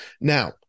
now